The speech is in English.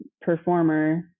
performer